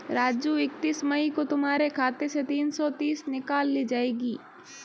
राजू इकतीस मई को तुम्हारे खाते से तीन सौ तीस निकाल ली जाएगी